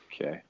Okay